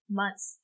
months